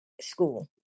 school